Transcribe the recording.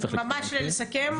ממש לסכם.